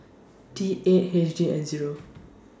T eight H D N Zero